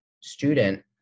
student